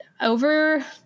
over